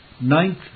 Ninth